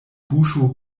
buŝo